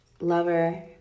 lover